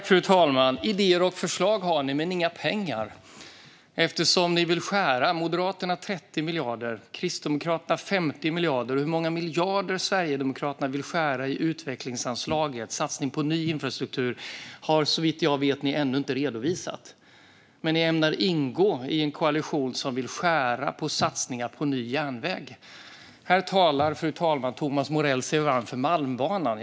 Fru talman! Idéer och förslag har ni, Thomas Morell, men inga pengar. Moderaterna vill skära ned med 30 miljarder och Kristdemokraterna med 50 miljarder, och med hur många miljarder ni i Sverigedemokraterna vill skära ned på utvecklingsanslaget och satsningen på ny infrastruktur har ni, såvitt jag vet, ännu inte redovisat. Men ni ämnar ingå i en koalition som vill skära ned på satsningar på ny järnväg. Thomas Morell talar sig varm för Malmbanan.